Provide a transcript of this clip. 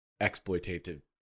exploitative